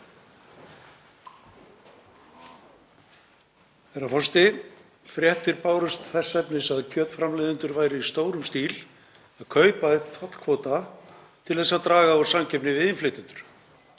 Herra forseti. Fréttir bárust þess efnis að kjötframleiðendur væru í stórum stíl að kaupa tollkvóta til að draga úr samkeppni við innflytjendur.